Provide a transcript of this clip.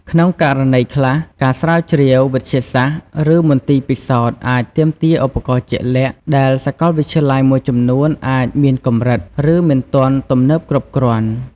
ក្នុងករណីខ្លះ ការស្រាវជ្រាវវិទ្យាសាស្ត្រ ឬមន្ទីរពិសោធន៍អាចទាមទារឧបករណ៍ជាក់លាក់ ដែលសាកលវិទ្យាល័យមួយចំនួនអាចមានកម្រិត ឬមិនទាន់ទំនើបគ្រប់គ្រាន់។